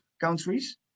countries